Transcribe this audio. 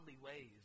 ways